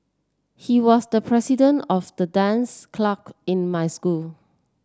he was the president of the dance clack in my school